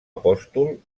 apòstol